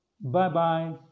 bye-bye